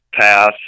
pass